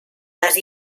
les